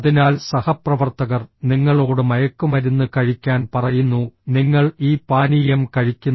അതിനാൽ സഹപ്രവർത്തകർ നിങ്ങളോട് മയക്കുമരുന്ന് കഴിക്കാൻ പറയുന്നു നിങ്ങൾ ഈ പാനീയം കഴിക്കുന്നു